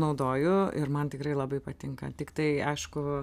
naudoju ir man tikrai labai patinka tiktai aišku